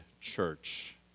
church